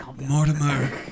Mortimer